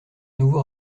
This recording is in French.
nouveau